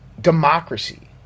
democracy